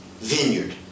vineyard